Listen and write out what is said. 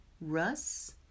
Russ